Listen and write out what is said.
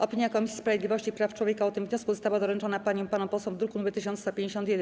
Opinia Komisji Sprawiedliwości i Praw Człowieka o tym wniosku została doręczona paniom i panom posłom w druku nr 1151.